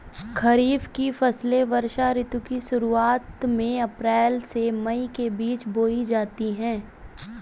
खरीफ की फसलें वर्षा ऋतु की शुरुआत में अप्रैल से मई के बीच बोई जाती हैं